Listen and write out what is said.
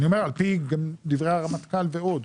גם על פי דברי הרמטכ"ל ועוד.